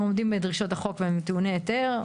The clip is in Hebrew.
הם עומדים בדרישות החוק והם טעוני היתר,